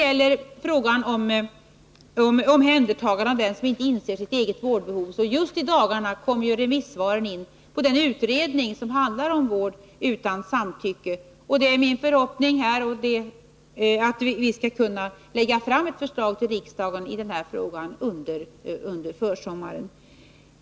I fråga om omhändertagande av den som inte inser sitt eget vårdbehov vill jag påpeka att just i dagarna kommer remissvaren in på den utredning som handlar om vård utan samtycke. Det är min förhoppning att vi skall kunna lägga fram ett förslag för riksdagen i den frågan under försommaren.